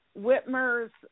whitmer's